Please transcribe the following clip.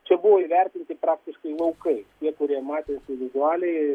čia buvo įvertinti praktiškai laukai tie kurie matėsi vizualiai